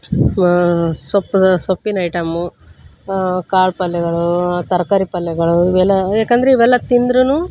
ಮ ಸೊಪ್ಪು ಸೊಪ್ಪಿನ ಐಟಮು ಕಾಳು ಪಲ್ಲೆಗಳೂ ತರಕಾರಿ ಪಲ್ಲೆಗಳು ಇವೆಲ್ಲ ಯಾಕಂದ್ರೆ ಇವೆಲ್ಲ ತಿಂದ್ರೂನೂ